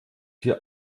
hier